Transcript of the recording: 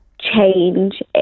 change